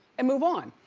and move on,